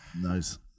Nice